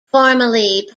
formally